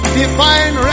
divine